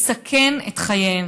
מסכן את חייהם.